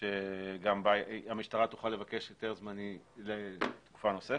בה המשטרה תוכל לבקש היתר זמני לתקופה נוספת.